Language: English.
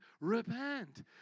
repent